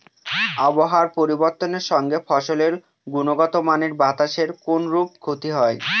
আবহাওয়ার পরিবর্তনের সঙ্গে ফসলের গুণগতমানের বাতাসের কোনরূপ ক্ষতি হয়?